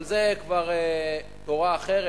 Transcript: אבל זה כבר תורה אחרת.